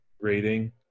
rating